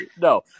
No